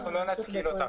אנחנו לא נתקיל אותך על זה.